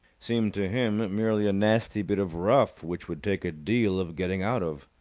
seemed to him merely a nasty bit of rough which would take a deal of getting out of.